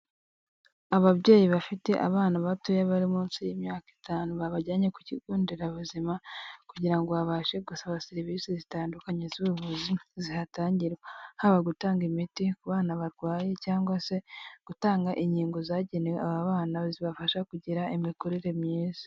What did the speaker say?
Ababyeyi bafite abana batoya bari munsi y'imyaka itanu babajyanye ku kigo nderabuzima kugira ngo babashe gusaba serivise zitandukanye z'ubuvuzi zihatangirwa, haba gutanga imiti ku bana barwaye cyangwa se gutanga inkingo zagenewe aba bana zibafasha kugira imikurire myiza.